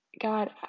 God